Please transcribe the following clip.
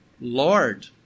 Lord